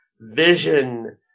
vision